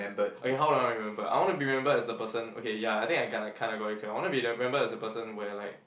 okay how do I want to be remembered I want to be remembered as the person okay ya I think I kind kinda like got I want to be remembered as a person where like